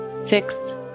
six